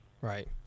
right